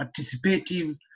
participative